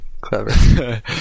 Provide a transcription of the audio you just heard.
clever